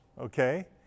Okay